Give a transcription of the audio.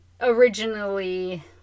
Originally